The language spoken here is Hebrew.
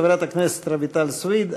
חברת הכנסת רויטל סויד.